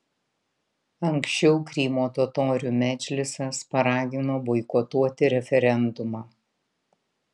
anksčiau krymo totorių medžlisas paragino boikotuoti referendumą